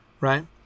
right